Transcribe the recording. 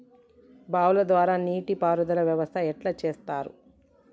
బావుల ద్వారా నీటి పారుదల వ్యవస్థ ఎట్లా చేత్తరు?